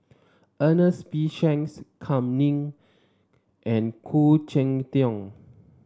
Ernest P Shanks Kam Ning and Khoo Cheng Tiong